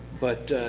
but